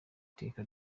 iteka